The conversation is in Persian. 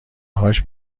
هاش